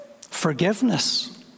forgiveness